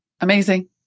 Amazing